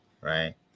right